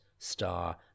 star